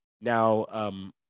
now